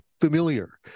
familiar